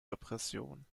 repression